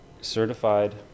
certified